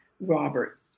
Robert